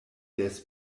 des